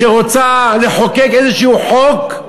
כשהיא רוצה לחוקק איזשהו חוק,